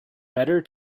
better